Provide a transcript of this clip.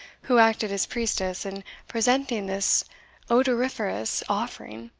who acted as priestess in presenting this odoriferous offering.